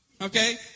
Okay